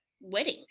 wedding